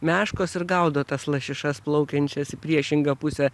meškos ir gaudo tas lašišas plaukiančias į priešingą pusę